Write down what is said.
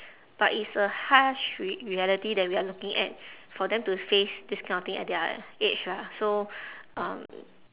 but it's a harsh re~ reality that we are looking at for them to face this kind of thing at their age lah so um